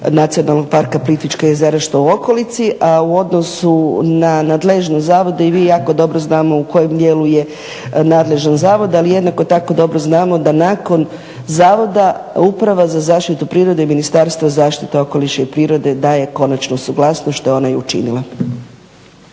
Nacionalnog parka Plitvička jezera što u okolici. A u odnosu na nadležnost zavoda i vi i ja jako dobro znamo u kojem dijelu je nadležan zavod. Ali jednako tako dobro znamo da nakon zavoda Uprava za zaštitu prirode i Ministarstvo zaštite okoliša i prirode daje konačnu suglasnost što je ona i učinila.